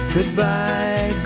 Goodbye